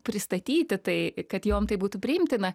pristatyti tai kad jom tai būtų priimtina